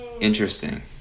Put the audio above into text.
interesting